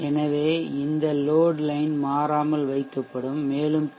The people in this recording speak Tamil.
எனவே இந்த லோட் லைன் மாறாமல் வைக்கப்படும் மேலும் பி